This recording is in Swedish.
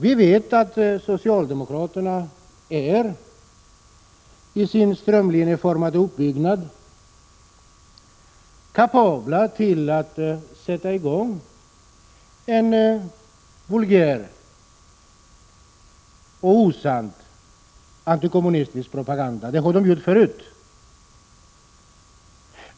Vi vet att det socialdemokratiska partiet i sin strömlinjeformade uppbyggnad är kapabelt till att sätta i gång en vulgär och osann antikommunistisk propaganda. Det har partiet gjort förut.